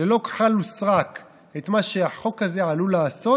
ללא כחל וסרק את מה שהחוק הזה עלול לעשות,